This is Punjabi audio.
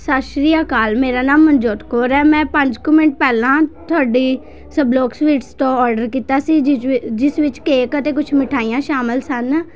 ਸਤਿ ਸ਼੍ਰੀ ਅਕਾਲ ਮੇਰਾ ਨਾਮ ਮਨਜੋਤ ਕੌਰ ਹੈ ਮੈਂ ਪੰਜ ਕੁ ਮਿੰਟ ਪਹਿਲਾਂ ਤੁਹਾਡੀ ਸਭਲੋਕ ਸਵੀਟਸ ਤੋਂ ਔਡਰ ਕੀਤਾ ਸੀ ਜਿਸ ਵਿਚ ਜਿਸ ਵਿੱਚ ਕੇਕ ਅਤੇ ਕੁਛ ਮਿਠਾਈਆਂ ਸ਼ਾਮਿਲ ਸਨ